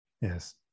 Yes